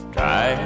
Try